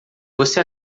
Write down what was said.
você